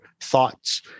thoughts